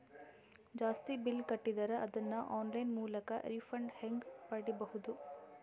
ಜಾಸ್ತಿ ಬಿಲ್ ಕಟ್ಟಿದರ ಅದನ್ನ ಆನ್ಲೈನ್ ಮೂಲಕ ರಿಫಂಡ ಹೆಂಗ್ ಪಡಿಬಹುದು?